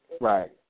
Right